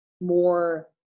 more